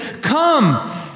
come